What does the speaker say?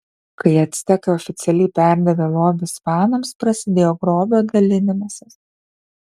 kai actekai oficialiai perdavė lobį ispanams prasidėjo grobio dalinimasis